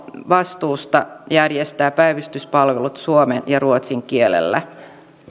vastuusta järjestää päivystyspalvelut suomen ja ruotsin kielellä